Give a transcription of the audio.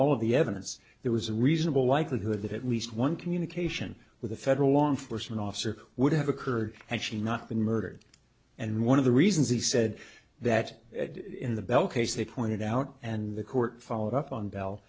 all of the evidence there was a reasonable likelihood that at least one communication with a federal law enforcement officer would have occurred had she not been murdered and one of the reasons he said that in the bell case they pointed out and the court followed up on bell